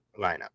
lineup